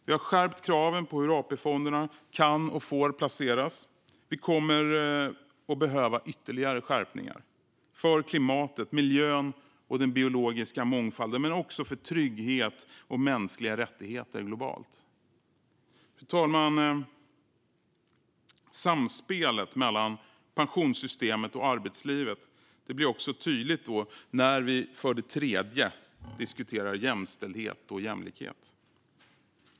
Vi har skärpt kraven på hur AP-fonderna kan och får placera. Vi kommer att behöva ytterligare skärpningar för klimatet, miljön och den biologiska mångfalden, men också för trygghet och mänskliga rättigheter globalt. Fru talman! Samspelet mellan pensionssystemet och arbetslivet blir också tydligt när vi för det tredje diskuterar jämställdhet och jämlikhet.